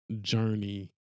journey